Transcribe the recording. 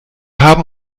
haben